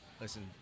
listen